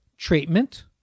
Treatment